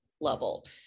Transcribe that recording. level